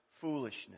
foolishness